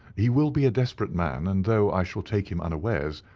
he will be a desperate man, and though i shall take him unawares,